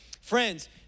Friends